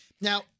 Now